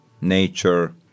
nature